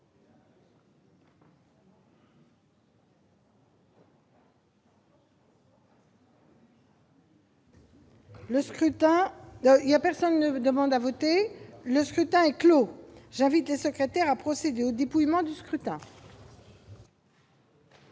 Le scrutin est clos. J'invite Mmes et MM. les secrétaires à procéder au dépouillement du scrutin.